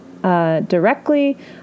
directly